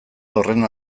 horren